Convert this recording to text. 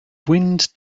wind